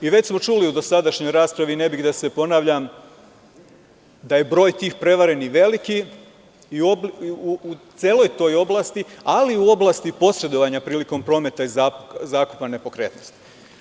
Već smo čuli u dosadašnjoj raspravi, ne bih da se ponavljam, da je broj tih prevarenih veliki, u celoj toj oblasti, aliu oblasti posredovanja prilikom prometa i zakupa nepokretnosti.